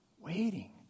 Waiting